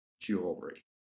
jewelry